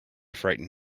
frighten